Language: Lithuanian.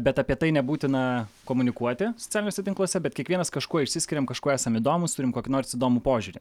bet apie tai nebūtina komunikuoti socialiniuose tinkluose bet kiekvienas kažkuo išsiskiriam kažkuo esam įdomūs turime kokį nors įdomų požiūrį